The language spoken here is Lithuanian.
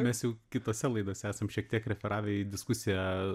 mes jau kitose laidose esam šiek tiek referavę į diskusiją